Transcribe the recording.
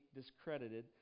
discredited